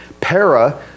Para